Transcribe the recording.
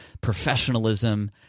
professionalism